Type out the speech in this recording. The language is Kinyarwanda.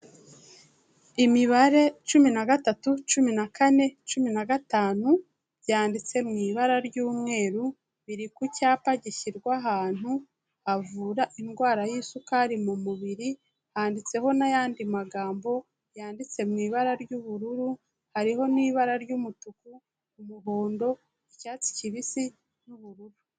Imibare cumi na gatatu, cumi na kane, cumi na gatanu, byanditse mu ibara ry'umweru biri ku cyapa gishyirwa ahantu havura indwara y'isukari mu mubiri, handitseho n'ayandi magambo yanditse mu ibara ry'ubururu, hariho n'ibara ry'umutuku, umuhondo, icyatsi kibisi n'ubururu.